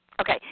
Okay